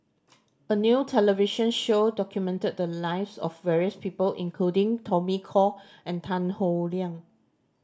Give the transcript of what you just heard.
a new television show documented the lives of various people including Tommy Koh and Tan Howe Liang